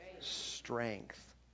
strength